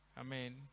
Amen